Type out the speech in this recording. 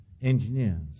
engineers